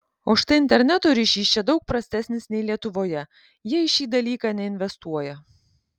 o štai interneto ryšys čia daug prastesnis nei lietuvoje jie į šį dalyką neinvestuoja